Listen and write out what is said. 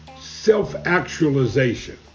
self-actualization